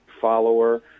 follower